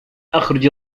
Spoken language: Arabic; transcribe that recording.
أخرج